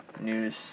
News